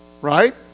right